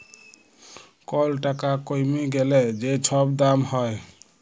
call টাকা কইমে গ্যালে যে ছব দাম হ্যয়